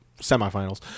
semifinals